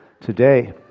today